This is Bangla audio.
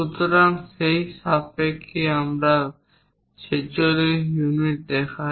সুতরাং সেই সাপেক্ষে আমরা 46 ইউনিট দেখাই